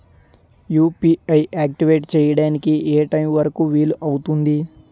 UPI activate చెయ్యడానికి ఏ time వరుకు వీలు అవుతుంది?